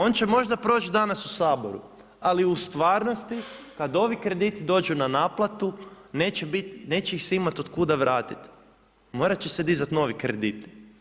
On će možda proći danas u Saboru, ali u stvarnosti kad ovi krediti dođu na naplatu neće ih se imati od kuda vratiti, morat će se dizati novi krediti.